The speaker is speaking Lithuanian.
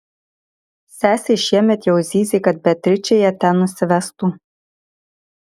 sesė šiemet jau zyzė kad beatričė ją ten nusivestų